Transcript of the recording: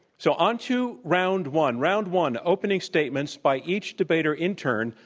so onto round one. round one, opening statements by each debater in turn